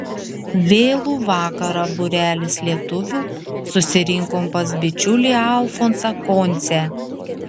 vėlų vakarą būrelis lietuvių susirinkom pas bičiulį alfonsą koncę